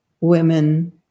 women